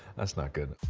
that's not good.